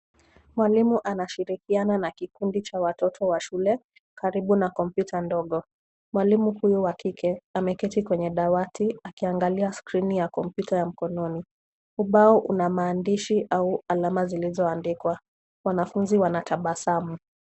Mwalimu anashirikiana na kikundi cha watoto wa shule karibu na kompyuta ndogo. Mwalimu huyu wa kike ameketi kwenye dawati akiangalia skrini ya kompyuta ya mkononi. Ubao una maandishi au alama zilizoandikwa. Wanafunzi wanatabasamu.